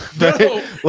No